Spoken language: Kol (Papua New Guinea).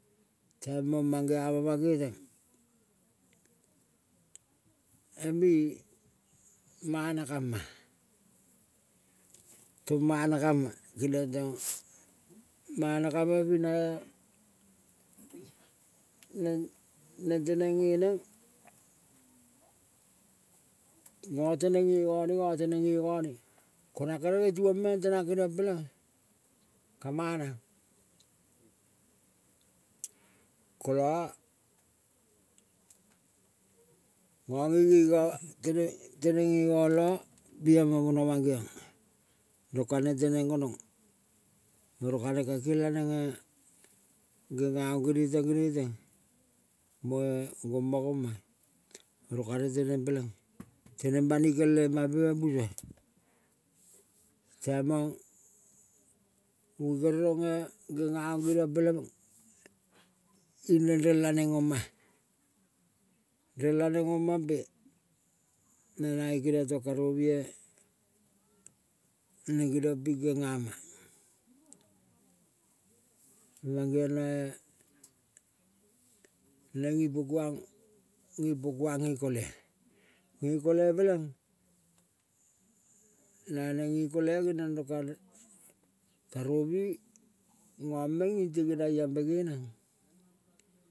Taimang mangeama mangeteng emi mana kama, tong mana kama keliong tong mana kamapinae nen teneng nge neng. Nae teneng nge ngane, nga teneng nge ngane, nga teneng nge ngane. Ko nang ngere ngetuvong meng tenang keniong peleng kamana, kola ngange ka tene teneng nge ngang la pia ma mona mang geonga. Rang kaneng teneng gonong oro kaneng kake lanenge gengaong gene teng gene teng moe goma, goma rong karu. Teneng peleng teneng banikel emampe meng puso. Taimang unge kerel onge gengaong geriong peleng ineng relaneng oma-a. Relaneng omampe na nae keniong to karoue naneng geniong ping gengama, mang geong nae neng ipo, nge po kuang nge koe. Nge kole peleng na neng nge kole geniong rong karu karovi ngang meng nging teng emo ambe nge neng.